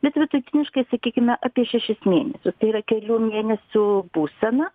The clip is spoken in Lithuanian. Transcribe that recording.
bet vidutiniškai sakykime apie šešis mėnesius tai yra kelių mėnesių būsena